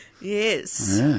Yes